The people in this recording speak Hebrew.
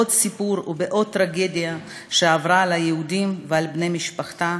בעוד סיפור ובעוד טרגדיה שעברה על היהודים ועל בני משפחתה,